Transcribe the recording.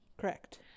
correct